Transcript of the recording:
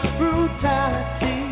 brutality